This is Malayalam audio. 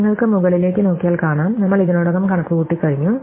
നിങ്ങൾക്ക് മുകളിലേക്ക് നോക്കിയാൽ കാണാം നമ്മൾ ഇതിനോടകം കണക്കു കൂട്ടി കഴിഞ്ഞു